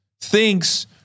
thinks